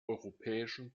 europäischen